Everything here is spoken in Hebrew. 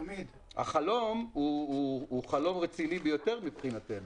החלום הוא חלום רציני ביותר מבחינתנו.